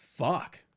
Fuck